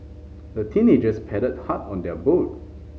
the teenagers paddled hard on their boat